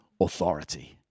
authority